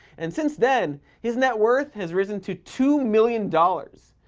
and since then, his net worth has risen to two million dollars.